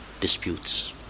disputes